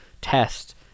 test